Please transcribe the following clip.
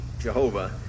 jehovah